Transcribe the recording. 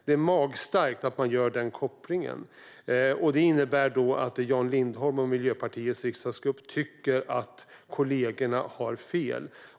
Det innebär i så fall att Jan Lindholm och Miljöpartiets riksdagsgrupp tycker att kollegerna har fel.